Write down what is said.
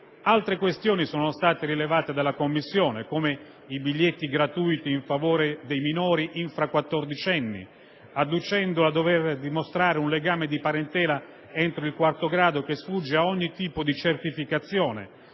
Altre questioni sono state rilevate dalla Commissione, come i biglietti gratuiti in favore dei minori infraquattordicenni, ottenibili dimostrando un legame di parentela entro il quarto grado che sfugge a ogni tipo di certificazione;